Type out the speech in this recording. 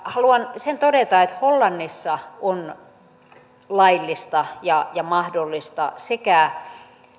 haluan sen todeta että hollannissa on laillista ja ja mahdollista sekä